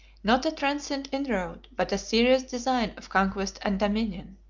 not a transient inroad, but a serious design of conquest and dominion.